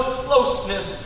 closeness